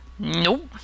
Nope